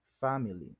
family